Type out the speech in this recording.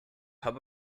hub